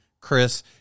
Chris